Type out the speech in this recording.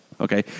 okay